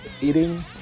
eating